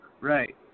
Right